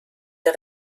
der